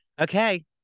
Okay